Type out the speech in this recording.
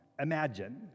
Imagine